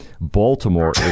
Baltimore